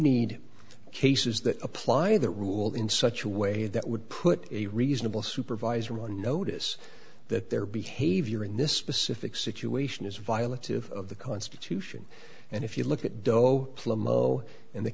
need cases that apply that rule in such a way that would put a reasonable supervisor on notice that their behavior in this specific situation is violence of the constitution and if you look at